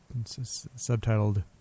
Subtitled